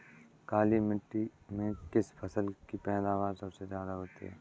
काली मिट्टी में किस फसल की पैदावार सबसे ज्यादा होगी?